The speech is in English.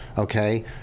Okay